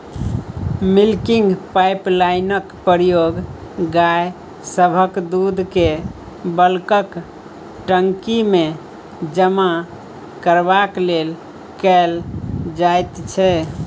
milking पाइपलाइनक प्रयोग गाय सभक दूधकेँ बल्कक टंकीमे जमा करबाक लेल कएल जाइत छै